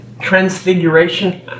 transfiguration